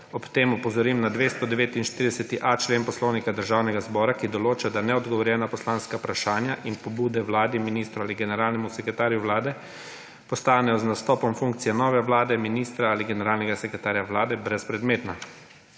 ob tem opozorim na 249.a člen Poslovnika Državnega zbora, ki določa, da »neodgovorjena poslanska vprašanja in pobude vladi, ministru ali generalnemu sekretarju vlade postanejo z nastopom funkcije nove vlade, ministra ali generalnega sekretarja vlade brezpredmetna«.